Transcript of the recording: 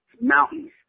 mountains